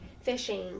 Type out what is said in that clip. fishing